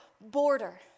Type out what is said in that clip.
border